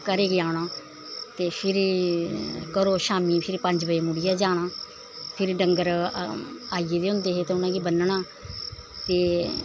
घरै गी आना ते फिरी ते घरूं शाम्मीं फिर पंज बजे मुड़ियै जाना फिरी डंगर आई गेदे होंदे हे ते उ'नेंगी बन्नना ते